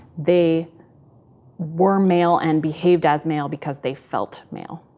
they were male and behaved as male because they felt male.